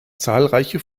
zahlreiche